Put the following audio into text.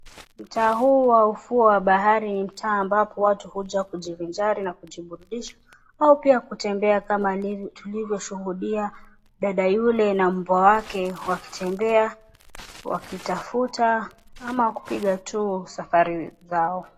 Mtaa huu wa ufuo wa bahari ni mtaa ambapo huja kujivinjari na kujiburudisha au pia kutembea tulivoshuhudia dada yule na mbwa wake wakitembea wakitafuta ama kupiga tu safari zao.